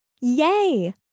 Yay